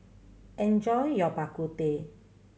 enjoy your Bak Kut Teh